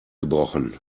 gebrochen